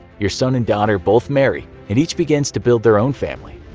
your son and daughter both marry, and each begins to build their own family.